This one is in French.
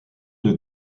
deux